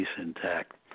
intact